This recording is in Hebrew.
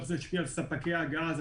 איך זה ישפיע על ספקי הגז,